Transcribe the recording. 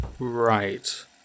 Right